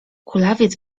kulawiec